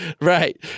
Right